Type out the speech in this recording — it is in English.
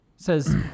says